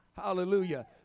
Hallelujah